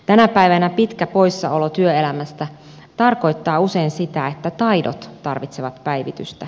tänä päivänä pitkä poissaolo työelämästä tarkoittaa usein sitä että taidot tarvitsevat päivitystä